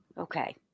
okay